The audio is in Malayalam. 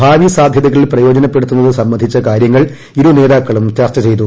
ഭാവി സാധ്യതകൾ പ്രയോജനപ്പെടൂത്തുന്നത് സംബന്ധിച്ച കാര്യങ്ങൾ ഇരു നേതാക്കളും ചർച്ചർ ചെയ്തു